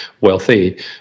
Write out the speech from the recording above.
wealthy